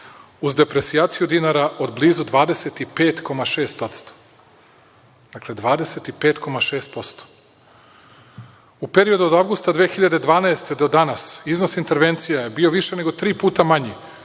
uz depresijaciju dinara od blizu 25,6%. U periodu od avgusta 2012. godine do danas iznos intervencija je bio više nego tri puta manji